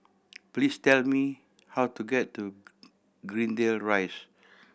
please tell me how to get to Greendale Rise